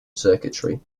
circuitry